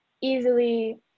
easily